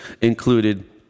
included